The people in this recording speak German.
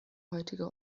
heutige